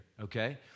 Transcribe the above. okay